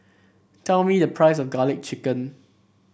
tell me the price of garlic chicken